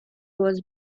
was